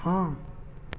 ہاں